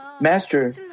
Master